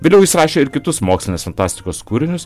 vėliau jis rašė ir kitus mokslinės fantastikos kūrinius